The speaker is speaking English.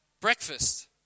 breakfast